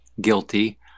guilty